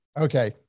Okay